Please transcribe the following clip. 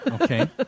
Okay